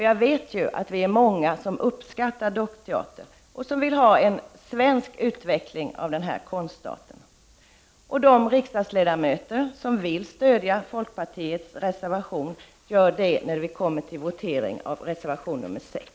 Jag vet ju att vi är många som uppskattar dockteater och som vill ha en svensk utveckling av denna konstart. De riksdagsledamöter som vill stödja folkpartiets reservation gör det då vi kommer till votering om reservation nr 6.